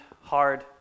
hard